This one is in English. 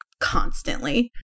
constantly